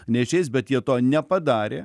neišeis bet jie to nepadarė